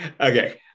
Okay